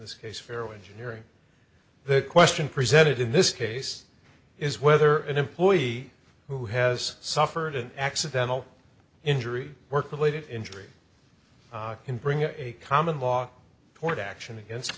this case fairway engineering the question presented in this case is whether an employee who has suffered an accidental injury work related injury can bring a common law court action against